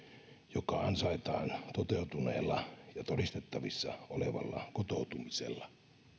joka ansaitaan toteutuneella ja todistettavissa olevalla kotoutumisella